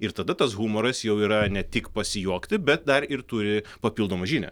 ir tada tas humoras jau yra ne tik pasijuokti bet dar ir turi papildomą žinią